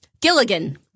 Gilligan